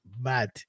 mad